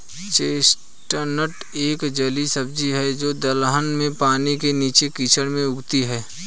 chestnut एक जलीय सब्जी है जो दलदल में, पानी के नीचे, कीचड़ में उगती है